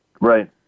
Right